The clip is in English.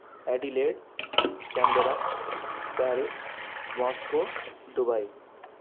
Adelaide Canberra Paris Moscow Dubai